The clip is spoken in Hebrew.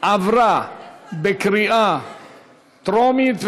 עברה בקריאה טרומית,